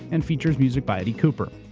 and features music by eddie cooper.